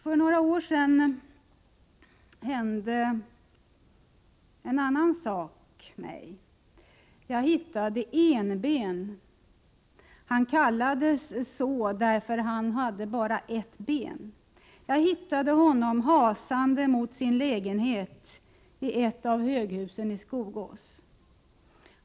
För några år sedan hände mig en annan sak. Jag hittade ”Enben” — mannen kallades så därför att han hade bara ett ben — hasande mot sin lägenhet i ett av höghusen i Skogås.